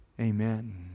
Amen